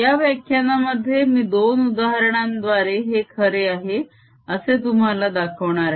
या व्याख्यानामध्ये मी दोन उदाहरणांद्वारे हे खरे आहे असे तुम्हाला दाखवणार आहे